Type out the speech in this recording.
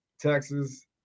Texas